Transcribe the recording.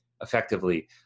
effectively